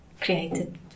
created